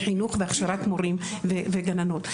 בחינוך והכשרת מורים והגננות.